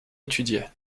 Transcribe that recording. étudiait